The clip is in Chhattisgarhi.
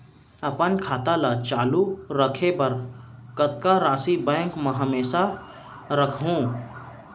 अपन खाता ल चालू रखे बर कतका राशि बैंक म हमेशा राखहूँ?